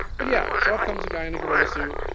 but, yeah, so up comes a guy in a gorilla suit,